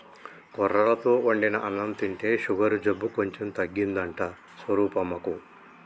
కొర్రలతో వండిన అన్నం తింటే షుగరు జబ్బు కొంచెం తగ్గిందంట స్వరూపమ్మకు